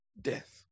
death